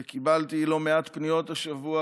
וקיבלתי לא מעט פניות השבוע